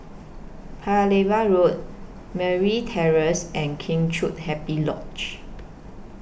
Paya Lebar Road Merryn Terrace and Kheng Chiu Happy Lodge